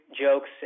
jokes